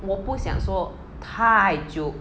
我不想说太久